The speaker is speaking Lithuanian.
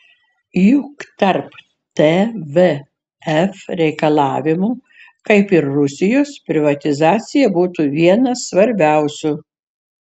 juk tarp tvf reikalavimų kaip ir rusijos privatizacija būtų vienas svarbiausių